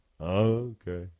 Okay